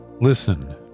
listen